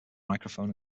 microphone